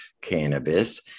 cannabis